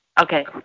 Okay